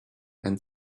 and